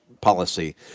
policy